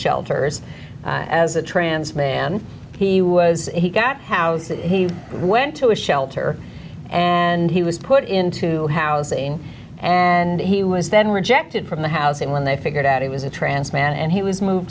shelters as a trans man he was he got housed he went to a shelter and he was put into housing and he was then rejected from the house and when they figured out it was a trance man and he was moved